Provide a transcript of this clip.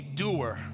doer